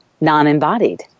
non-embodied